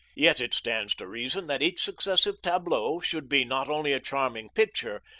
yet it stands to reason that each successive tableau should be not only a charming picture,